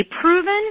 proven